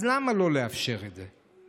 למה לא לאפשר את זה?